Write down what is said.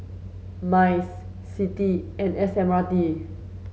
MICE CITI and S M R T